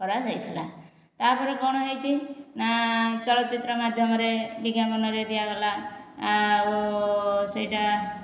କରାଯାଇଥିଲା ତାପରେ କଣ ହୋଇଛି ନା ଚଳଚ୍ଚିତ୍ର ମାଧ୍ୟମରେ ବିଜ୍ଞାପନ ହେରିକା ଦିଆଗଲା ଆଉ ସେଇଟା